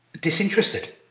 disinterested